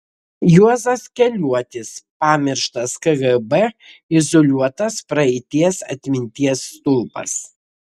juozas keliuotis pamirštas kgb izoliuotas praeities atminties stulpas